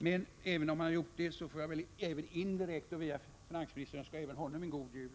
Men även om han har gjort det får jag väl ändå, via finansministern, önska även honom en god jul.